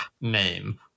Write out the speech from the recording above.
name